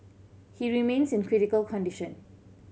he remains in critical condition